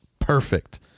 perfect